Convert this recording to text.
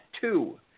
two